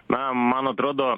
na man atrodo